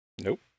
Nope